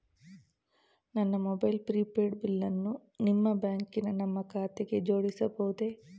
ನನ್ನ mobile prepaid ಬಿಲ್ಲನ್ನು ನಿಮ್ಮ ಬ್ಯಾಂಕಿನ ನನ್ನ ಖಾತೆಗೆ ಜೋಡಿಸಬಹುದೇ?